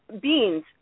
beans